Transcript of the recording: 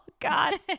God